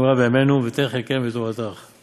דמים ומרמה לא יחצו ימיהם ואני אבטח בך'.